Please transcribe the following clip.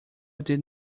did